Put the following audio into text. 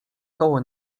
koło